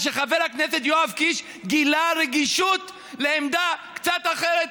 חבר הכנסת יואב קיש גילה רגישות לעמדה קצת אחרת,